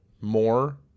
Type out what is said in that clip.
more